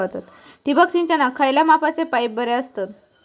ठिबक सिंचनाक खयल्या मापाचे पाईप बरे असतत?